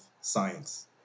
science